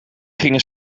gingen